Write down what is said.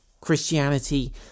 Christianity